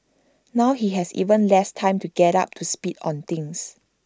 now he has even less time to get up to speed on things